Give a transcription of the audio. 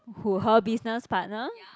who her business partner